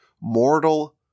Mortal